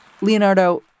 Leonardo